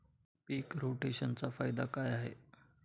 पीक रोटेशनचा फायदा काय आहे?